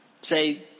Say